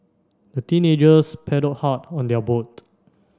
the teenagers paddle hard on their boat